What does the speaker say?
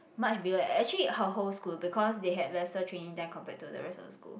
much bigger actually her whole school because they had lesser training than compared to the rest of the school